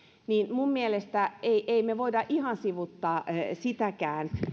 minun mielestäni emme me voi ihan sivuuttaa sitäkään